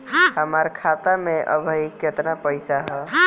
हमार खाता मे अबही केतना पैसा ह?